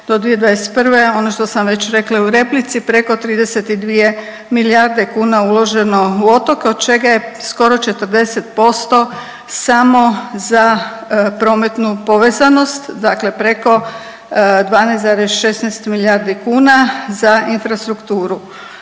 do 2021. ono što sam već rekla i u replici preko 32 milijarde kuna uloženo u otoke od čega je skoro 40% smo za prometnu povezanost. Dakle, preko 12,16 milijardi kuna za infrastrukturu.